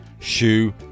Shoe